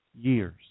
years